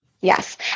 Yes